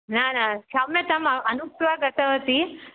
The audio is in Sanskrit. न न क्षम्यताम् अनुक्त्वा गतवती